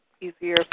easier